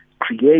create